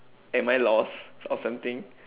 am I lost or something